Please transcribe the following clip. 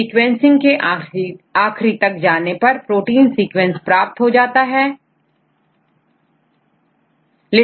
sequencing के आखिरी तक जाने पर प्रोटीन सीक्वेंस प्राप्त हो जाते हैं